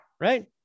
right